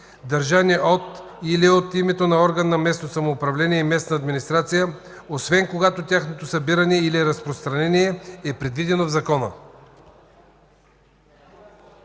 държани от или от името на орган на местното самоуправление и местната администрация, освен когато тяхното събиране или разпространение е предвидено в закона.”